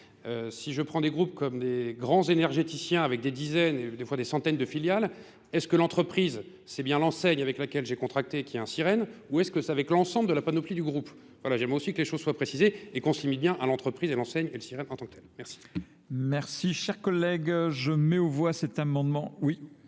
Si je prends des groupes comme des grands énergéticiens avec des dizaines, des fois des centaines de filiales, est-ce que l'entreprise, c'est bien l'enseigne avec laquelle j'ai contracté qui est un sirène, ou est-ce que c'est avec l'ensemble de la panoplie du groupe ? Voilà, j'aimerais aussi que les choses soient précises et qu'on se limite bien à l'entreprise et l'enseigne et le sirène en tant que tel. Merci. Merci. Cher collègue, je mets au voie cet amendement.